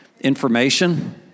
information